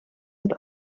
dit